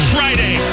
Friday